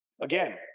Again